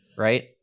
right